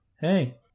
hey